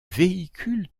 véhicule